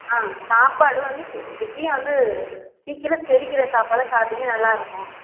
ஆ சாப்பாடும் வந்து ஸ் இப்போயும் வந்து சீக்கிரம் செரிக்கிற சாப்பாடை சாப்ட்டீங்க நல்லாயிருக்கும்